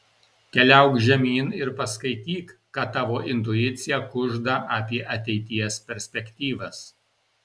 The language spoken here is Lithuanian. keliauk žemyn ir paskaityk ką tavo intuicija kužda apie ateities perspektyvas